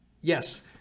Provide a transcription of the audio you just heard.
Yes